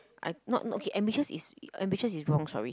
I not no okay ambitious is ambitious is wrong sorry